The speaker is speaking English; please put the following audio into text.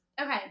Okay